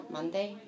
Monday